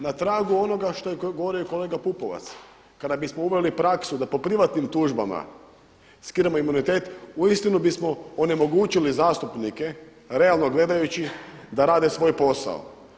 Na tragu onoga što je govorio i kolega Pupovac, kada bismo uveli praksu da po privatnim tužbama skidamo imunitet uistinu bismo onemogućili zastupnike, realno gledajući da rade svoj posao.